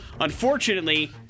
Unfortunately